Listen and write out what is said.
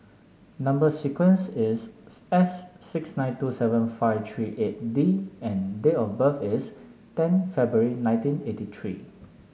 number sequence is S six nine two seven five three eight D and date of birth is ten February nineteen eighty three